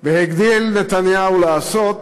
והגדיל נתניהו לעשות